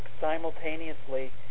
simultaneously